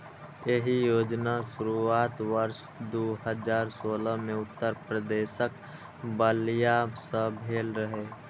एहि योजनाक शुरुआत वर्ष दू हजार सोलह मे उत्तर प्रदेशक बलिया सं भेल रहै